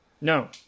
no